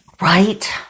Right